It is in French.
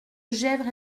gesvres